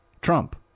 Trump